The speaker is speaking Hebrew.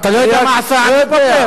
אתה לא יודע מה הוא עשה, עמי פופר?